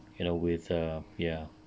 you know with err ya